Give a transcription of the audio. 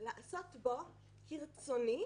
לעשות בו כרצוני,